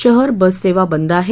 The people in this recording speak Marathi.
शहर बससेवा बंद आहे